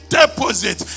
deposit